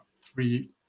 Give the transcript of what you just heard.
three